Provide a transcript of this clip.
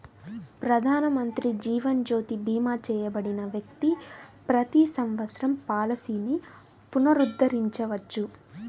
ప్రధానమంత్రి జీవన్ జ్యోతి భీమా చేయబడిన వ్యక్తి ప్రతి సంవత్సరం పాలసీని పునరుద్ధరించవచ్చు